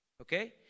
Okay